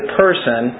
person